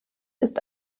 ist